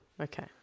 Okay